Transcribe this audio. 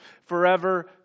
forever